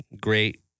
great